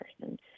person